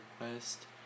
request